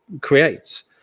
creates